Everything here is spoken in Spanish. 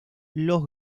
los